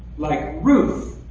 like ruth,